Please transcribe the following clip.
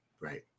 Right